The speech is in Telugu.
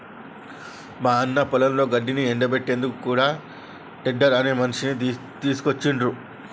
మా అన్న పొలంలో గడ్డిని ఎండపెట్టేందుకు కూడా టెడ్డర్ అనే మిషిని తీసుకొచ్చిండ్రు